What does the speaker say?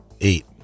eight